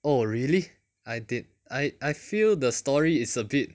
oh really I did I I feel the story is a bit